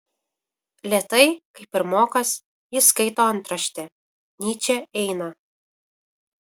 lėtai kaip pirmokas jis skaito antraštę nyčė eina